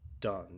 done